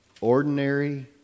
ordinary